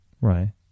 Right